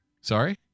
Sorry